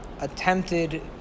attempted